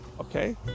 Okay